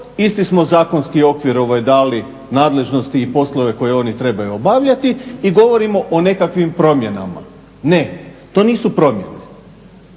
isti smo zakonski okvir dali nadležnosti i poslove koje oni trebaju obavljati i govorimo o nekakvim promjenama. Ne, to nisu promjene,